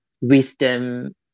wisdom